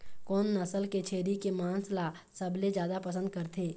कोन नसल के छेरी के मांस ला सबले जादा पसंद करथे?